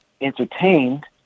entertained